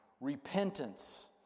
Repentance